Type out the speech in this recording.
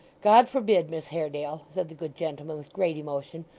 god forbid, miss haredale said the good gentleman, with great emotion,